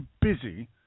busy